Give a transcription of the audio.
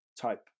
type